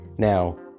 Now